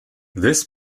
this